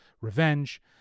revenge